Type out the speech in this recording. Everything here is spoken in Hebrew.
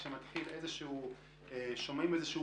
כששומעים איזשהו פיצוץ,